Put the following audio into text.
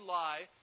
lie